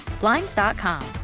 Blinds.com